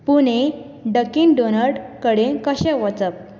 Pune Dunkin donut कडेन कशें वचप